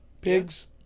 pigs